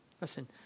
Listen